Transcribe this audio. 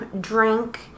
drink